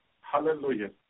Hallelujah